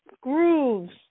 grooves